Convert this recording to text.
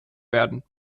werden